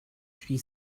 she